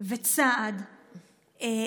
ולנקוט צעד לתקנות,